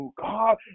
God